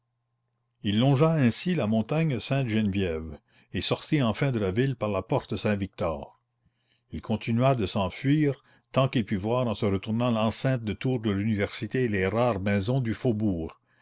il longea ainsi la montagne sainte-geneviève et sortit enfin de la ville par la porte saint-victor il continua de s'enfuir tant qu'il put voir en se retournant l'enceinte de tours de l'université et les rares maisons du faubourg